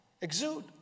exude